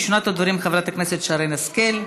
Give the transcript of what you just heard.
ברשימת הדוברים חברת הכנסת שרן השכל,